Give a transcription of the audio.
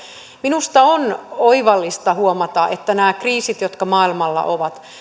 minusta on oivallista huomata että nämä kriisit jotka maailmalla ovat